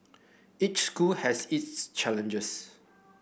each school has its challenges